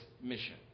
mission